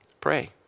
pray